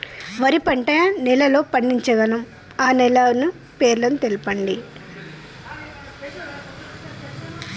వరి పంట ఎన్ని నెలల్లో పండించగలం ఆ నెలల పేర్లను తెలుపండి?